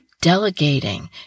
delegating